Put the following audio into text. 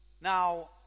Now